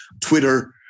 Twitter